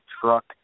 truck